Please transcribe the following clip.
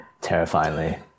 Terrifyingly